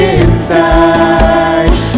inside